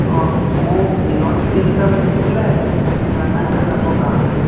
অঁ মোক ট্ৰেইনৰ টিকেট এটা লাগিছিলে চেন্নাইলে যাবৰ কাৰণে